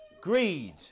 Greed